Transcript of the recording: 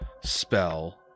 spell